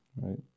right